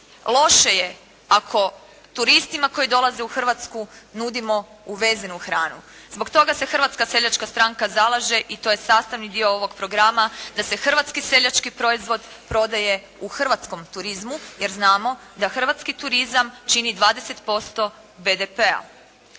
Loše je ako turistima koji dolaze u Hrvatsku nudimo uvezenu hranu. Zbog toga se Hrvatska seljačka stranka zalaže i to je sastavni dio ovog programa da se hrvatski seljački proizvod prodaje u hrvatskom turizmu, jer znamo da hrvatski turizam čini 20% BDP-a.